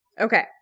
Okay